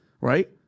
right